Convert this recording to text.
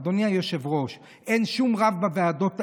אדוני היושב-ראש, אין שום רב בוועדות האלה.